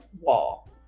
wall